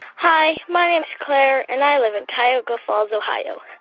hi. my name's claire, and i live in cuyahoga falls, ohio.